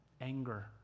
anger